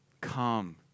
come